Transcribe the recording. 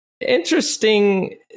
interesting